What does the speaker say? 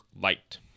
light